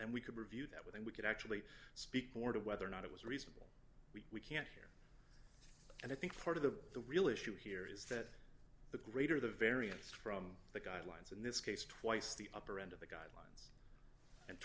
and we could review that when we could actually speak more to whether or not it was reasonable we can't hear and i think part of the real issue here is that the greater the variance from the guidelines in this case twice the upper end of the guidelines and